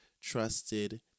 trusted